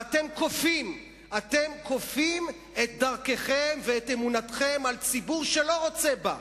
ואתם כופים את דרככם ואת אמונתכם על ציבור שאינו רוצה בהן.